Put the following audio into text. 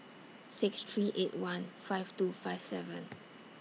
six three eight one five two five seven